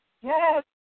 Yes